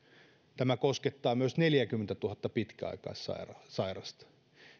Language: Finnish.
tämä koskettaa myös neljääkymmentätuhatta pitkäaikaissairasta